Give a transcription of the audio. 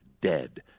dead